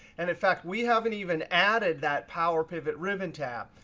and, in fact, we haven't even added that power pivot ribbon tab.